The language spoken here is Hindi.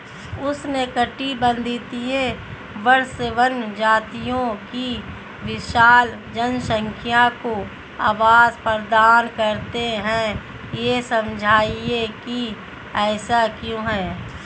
उष्णकटिबंधीय वर्षावन जंतुओं की विशाल जनसंख्या को आवास प्रदान करते हैं यह समझाइए कि ऐसा क्यों है?